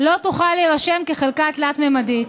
לא תוכל להירשם כחלקה תלת-ממדית.